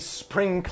spring